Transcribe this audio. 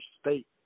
state